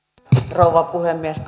rouva puhemies